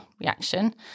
reaction